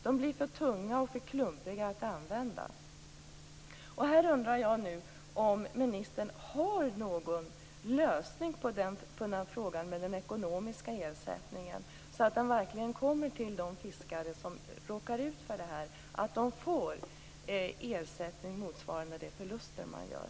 De blir för tunga och för klumpiga att använda. Jag undrar om ministern har någon lösning på problemet med den ekonomiska ersättningen, så att den verkligen kommer till de fiskare som råkar ut för detta. De måste få en ersättning som motsvarar de förluster de gör.